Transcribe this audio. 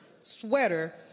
sweater